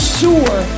sure